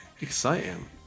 exciting